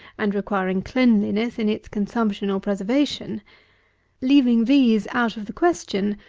and requiring cleanliness in its consumption or preservation leaving these out of the question,